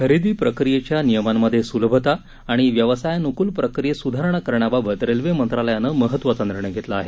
खरेदी प्रक्रियेच्या नियमांमध्ये सुलभता आणि व्यवसायानुकूल प्रक्रियेत सुधारणा करण्याबाबत रेल्वे मंत्रालयानं महत्वाचा निर्णय घेतला आहे